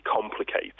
complicated